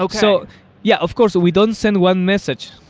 like so yeah, of course, we don't send one message.